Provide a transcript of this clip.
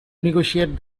negotiate